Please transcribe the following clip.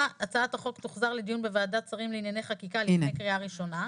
הצעת החוק תוחזר לדיון בוועדת שרים לענייני חקיקה לפני קריאה ראשונה.